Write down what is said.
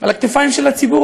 על הכתפיים של הציבור,